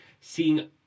seeing